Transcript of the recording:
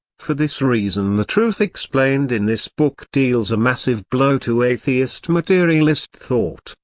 for this reason the truth explained in this book deals a massive blow to atheist materialist thought,